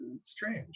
strange